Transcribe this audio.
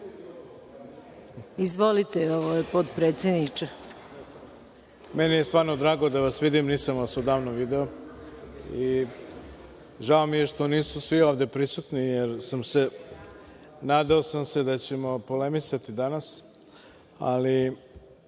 Hvala, poštovana predsednice. Meni je stvarno drago da vas vidim, nisam vas odavno video i žao mi je što nisu svi ovde prisutni, nadao sam se da ćemo polemisati danas, ali